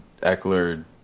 Eckler